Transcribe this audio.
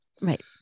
right